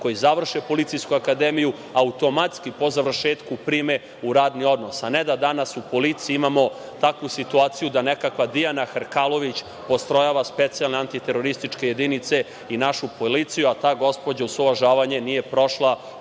koji završe Policijsku akademiju, automatski po završetku prime u radni odnos, a ne da danas u policiji imamo takvu situaciju da nekakva Dijana Hrkalović postrojava specijalne antiterorističke jedinice i našu policiju, a ta gospođa, uz svo uvažavanje, nije prošla